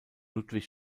ludwig